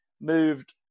moved